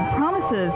promises